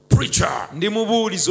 Preacher